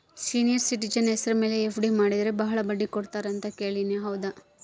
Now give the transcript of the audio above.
Senior citizen ಹೆಸರ ಮೇಲೆ FD ಮಾಡಿದರೆ ಬಹಳ ಬಡ್ಡಿ ಕೊಡ್ತಾರೆ ಅಂತಾ ಕೇಳಿನಿ ಹೌದಾ?